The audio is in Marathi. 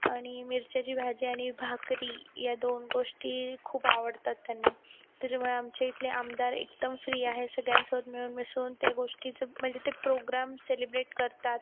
आणि मिर्च्यांची भाजी आणि भाकरी या दोन गोष्टी खूप आवडतात त्यांना त्याच्यामुळे आमच्या इथले आमदार एकदम फ्री आहे सगळ्यांसोबत मिळून मिसळून त्या गोष्टीचं म्हणजे ते प्रोग्रॅम सेलिब्रेट करतात